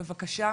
בבקשה,